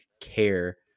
care